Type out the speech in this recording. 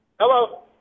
hello